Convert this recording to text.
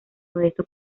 modesto